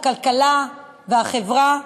הכלכלה והחברה,